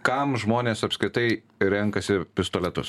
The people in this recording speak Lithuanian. kam žmonės apskritai renkasi pistoletus